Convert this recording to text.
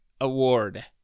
award